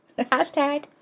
hashtag